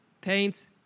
paint